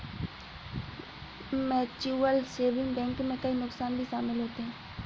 mutual saving bank में कई नुकसान भी शमिल होते है